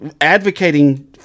advocating